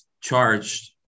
charged